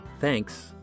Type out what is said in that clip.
Thanks